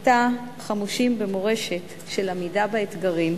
עתה, חמושים במורשת של עמידה באתגרים,